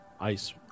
Ice